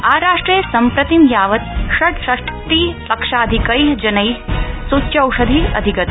आराष्ट्रे सम्प्रतिं यावत षड्षष्टिलक्षाधिकै जनै सुच्यौषधि अधिगत